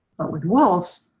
but with wolves,